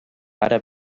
ara